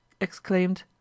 exclaimed